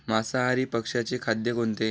मांसाहारी पक्ष्याचे खाद्य कोणते?